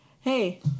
Hey